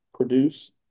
produce